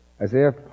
Isaiah